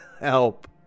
help